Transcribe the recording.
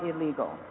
illegal